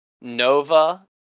Nova